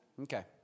Okay